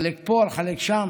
לחלק פה, לחלק שם,